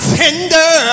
tender